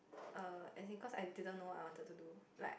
err as in cause I didn't know what I wanted to do like